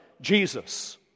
Jesus